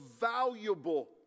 valuable